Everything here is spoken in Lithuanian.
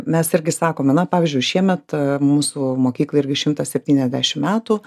mes irgi sakome na pavyzdžiui šiemet mūsų mokyklai irgi šimtas septyniasdešim metų